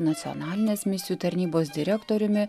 nacionalinės misijų tarnybos direktoriumi